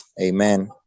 Amen